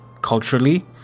culturally